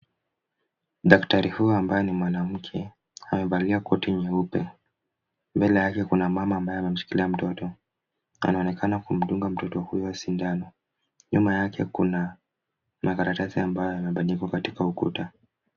Daktari huyu ambaye ni mwanamke, amevalia koti nyeupe. Mbele yake kuna mama ambaye amemshikilia mtoto. Anaonekana kumdunga mtoto huyo sindano. Nyuma yake kuna makaratasi ambayo yamebandikwa katika ukuta.